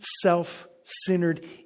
self-centered